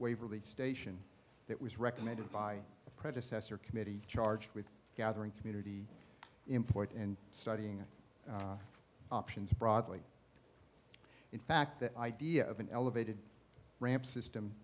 waverley station that was recommended by the predecessor committee charged with gathering community employed and studying options broadly in fact the idea of an elevated ramp system